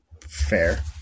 Fair